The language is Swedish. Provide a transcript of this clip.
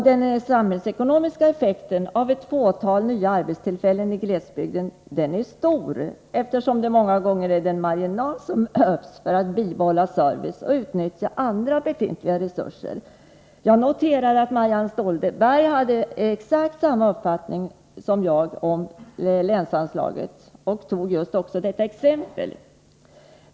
Den samhällsekonomiska effekten av ett fåtal nya arbetstillfällen i glesbygden är stor, eftersom det många gånger är den marginal som behövs för att bibehålla servicen och utnyttja andra befintliga resurser. Jag noterar att Marianne Stålberg har exakt samma uppfattning som jag när det gäller länsanslaget, och hon tog också just detta exempel.